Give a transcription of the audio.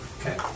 Okay